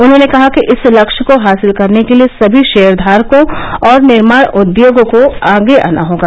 उन्होंने कहा कि इस लक्ष्य को हासिल करने के लिए सभी शेयरधारकों और निर्माण उद्योग को आगे आना होगा